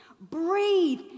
Breathe